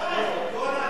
נביא?